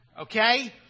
Okay